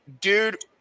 dude